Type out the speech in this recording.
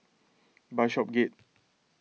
Bishopsgate